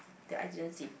that I didn't zip